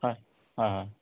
হয় হয় হয়